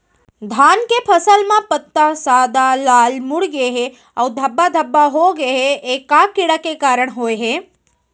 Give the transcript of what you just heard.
धान के फसल म पत्ता सादा, लाल, मुड़ गे हे अऊ धब्बा धब्बा होगे हे, ए का कीड़ा के कारण होय हे?